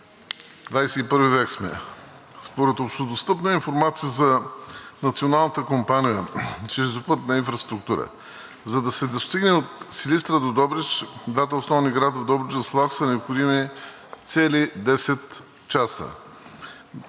XXI век сме. Според общодостъпна информация на Националната компания „Железопътна инфраструктура“, за да се стигне от Силистра до Добрич – двата основни града в Добруджа, с влак са необходими почти 10 часа,